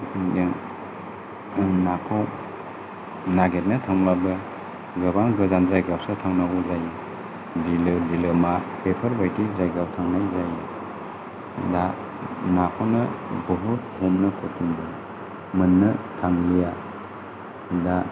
जों नाखौ नागिरनो थांब्लाबो गोबां गोजान जायगायावसो थांनांगौ जायो बिलो बिलोमा बेफोरबायदि जायगायाव थांनाय जायो दा नाखौनो बहुद हमनो खस्त' मोन्नो थांलिया दा